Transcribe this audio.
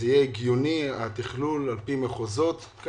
מאפשר את התכלול לפי מחוזות והופך אותו להגיוני,